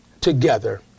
together